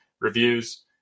reviews